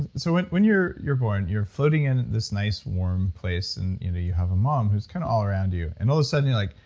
so when when you're you're born, you're floating in this nice, warm place and you know you have a mom who's kind of all around you. and all of a sudden, you're like,